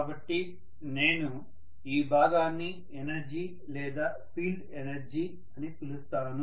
కాబట్టి నేను ఈ భాగాన్ని ఎనర్జీ లేదా ఫీల్డ్ ఎనర్జీ అని పిలుస్తాను